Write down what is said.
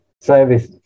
service